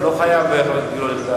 אתה לא חייב, חבר הכנסת גילאון.